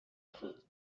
خورد